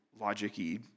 logic-y